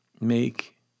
make